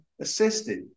assisted